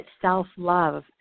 self-love